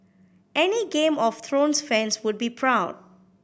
any Game of Thrones fans would be proud